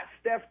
Steph